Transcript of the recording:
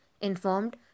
informed